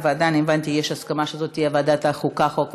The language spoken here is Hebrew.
הבנתי שיש הסכמה שזו תהיה ועדת החוקה, חוק ומשפט.